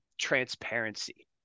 transparency